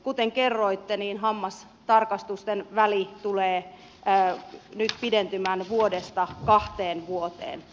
kuten kerroitte hammastarkastusten väli tulee nyt pidentymään vuodesta kahteen vuoteen